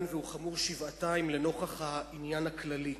והוא חמור שבעתיים לנוכח העניין הכללי.